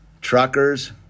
truckers